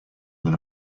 than